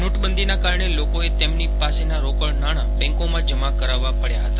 નોટબંધીના કારણે લોકોએ તેમની પાસેના રોકડ નાણાં બેંકોમાં જમા કરાવવા પડયા હતા